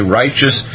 righteous